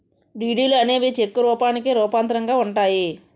డీడీలు అనేవి చెక్కుల రూపానికి రూపాంతరంగా ఉంటాయి